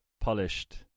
polished